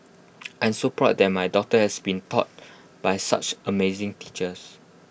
I'm so proud that my daughter has been taught by such amazing teachers